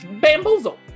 Bamboozle